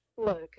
Look